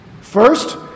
First